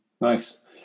nice